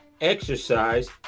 exercise